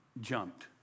jumped